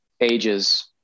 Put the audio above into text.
ages